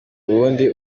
ubundi